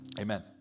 amen